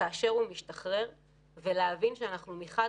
כאשר הוא משתחרר ולהבין שמחד,